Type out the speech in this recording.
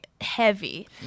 heavy